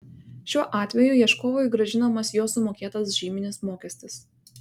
šiuo atveju ieškovui grąžinamas jo sumokėtas žyminis mokestis